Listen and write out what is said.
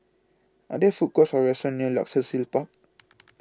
Are There Food Courts Or restaurants near Luxus Hill Park